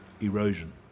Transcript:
erosion